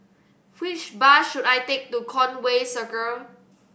which bus should I take to Conway Circle